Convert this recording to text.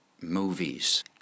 movies